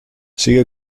sigue